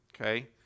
Okay